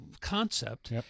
concept